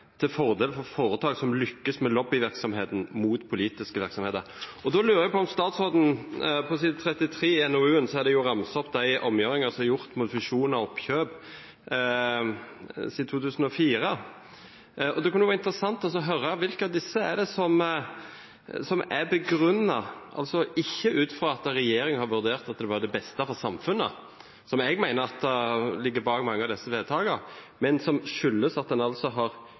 til fordel for foretak som lykkes med lobbyvirksomheten mot politiske virksomheter. På side 33 i NOU 2014:11 er de omgjøringer som er gjort med fusjoner og oppkjøp siden 2004, ramset opp, og det kunne vært interessant å høre hvilke av disse som er begrunnet, altså ikke ut fra at regjeringen har vurdert at det var det beste for samfunnet – som jeg mener ligger bak mange av disse vedtakene – men at en har gjort dette fordi disse foretakene har